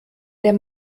der